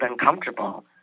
uncomfortable